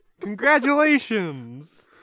Congratulations